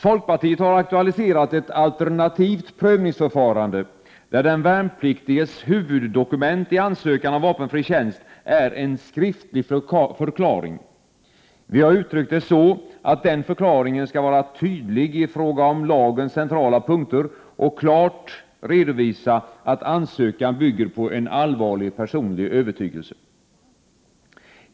Folkpartiet har aktualiserat ett alternativt prövningsförfarande där den värnpliktiges huvuddokument i ansökan om vapenfri tjänst är en skriftlig förklaring. Vi har uttryckt det så, att den förklaringen skall vara tydlig i fråga om lagens centrala punkter och klart redovisa-att ansökan bygger på en allvarlig personlig övertygelse.